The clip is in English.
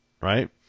Right